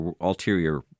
ulterior